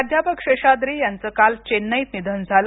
प्राध्यापक शेषाद्री यांचं काल चेन्नईत निधन झालं